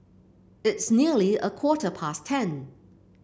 its nearly a quarter past ten